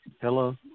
Hello